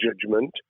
judgment